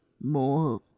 more